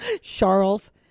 Charles